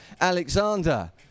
Alexander